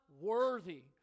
worthy